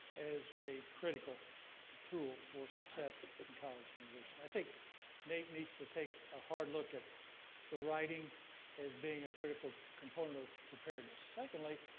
as a critical tool for success in college and university. i think naep needs to take a hard look at the writing as being a critical component of preparedness. secondly,